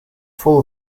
full